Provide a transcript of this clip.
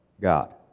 God